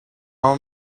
how